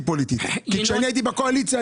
התפקיד של המכון הוא להטמיע ייצור מתקדם בתעשייה,